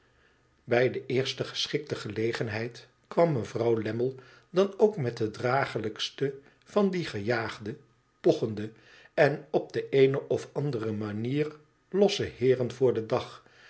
bij de eerste geschikte gelegenheid kwam mevrouw imtnle dan ook met de draaglijkste van die gejaagde pochende en op de eene of andere manier losse heeren voor den dag